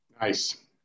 Nice